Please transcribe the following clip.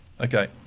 Okay